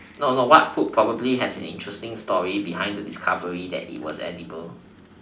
no no what food probably has an interesting story behind the discovery that is edible